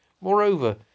Moreover